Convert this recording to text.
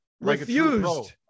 Refused